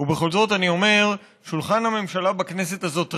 ובכל זאת אני אומר, שולחן הממשלה בכנסת הזאת ריק.